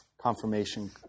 confirmation